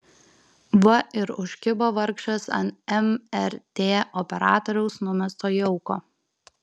va ir užkibo vargšas ant mrt operatoriaus numesto jauko